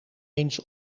eens